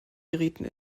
gerieten